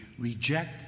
Reject